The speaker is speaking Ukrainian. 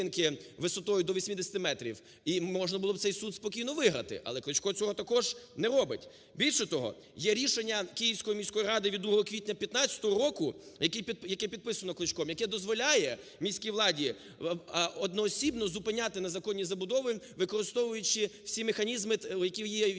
висотою до 80 метрів. І можна було б цей суд спокійно виграти, але Кличко цього також не робить. Більше того, є рішення Київської міської ради від 2 квітня 2015 року, яке підписано Кличком, яке дозволяє міській владі одноосібно зупиняти незаконні забудови, використовуючи всі механізми, які є